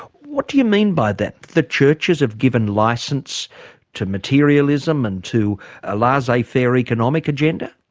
what do you mean by that? the churches have given license to materialism, and to a laissez faire economic agenda?